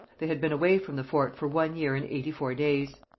they had been away from the fort for one year and eighty-four days.